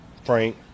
Frank